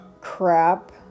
crap